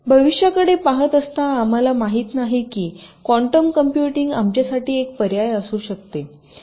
भविष्याकडे पहात असता आम्हाला माहित नाही की क्वांटम कंप्यूटिंग आमच्यासाठी एक पर्याय असू शकते